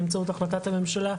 באמצעות החלטת הממשלה,